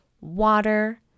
water